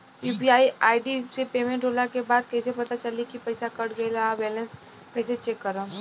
UPI ID से payment होला के बाद कइसे पता चली की पईसा कट गएल आ बैलेंस कइसे चेक करम?